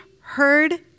heard